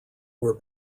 were